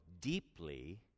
deeply